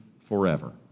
forever